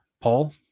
Paul